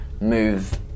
move